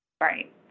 Right